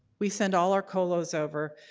we send all our colos over.